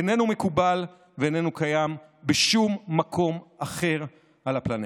איננו מקובל ואיננו קיים בשום מקום אחר על הפלנטה.